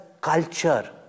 culture